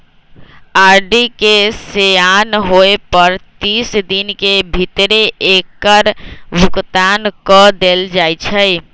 RD के सेयान होय पर तीस दिन के भीतरे एकर भुगतान क देल जाइ छइ